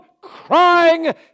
crying